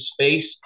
space